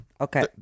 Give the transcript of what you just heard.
Okay